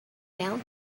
now